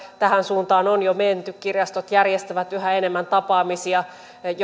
tähän suuntaan on jo menty kirjastot järjestävät yhä enemmän tapaamisia